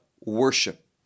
worship